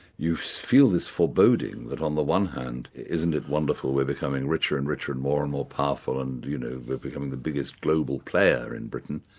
you feel this foreboding that on the one hand isn't it wonderful we're becoming richer and richer and more and more powerful, and you know, we're becoming the biggest global player in britain,